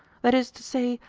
that is to say,